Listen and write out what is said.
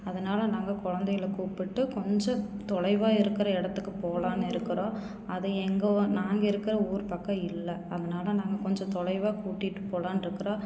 அதனால் நாங்கள் குழந்தைகள கூப்பிட்டு கொஞ்சம் தொலைவாக இருக்கிற இடத்துக்கு போகலான்னு இருக்கிறோம் அதுவும் எங்கள் நாங்கள் இருக்கிற ஊர் பக்கம் இல்லை அதனால் நாங்கள் கொஞ்சம் தொலைவாக கூட்டிகிட்டு போலாம் இருக்கிறோம்